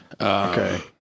Okay